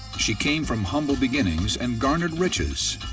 she came from humble beginnings and garnered riches.